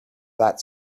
that